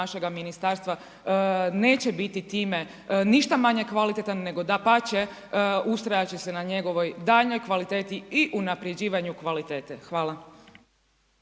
našega ministarstva neće biti time ništa manje kvalitetan, nego dapače, ustrajat će se na njegovoj daljnjoj kvaliteti i unapređivanju kvalitete. Hvala.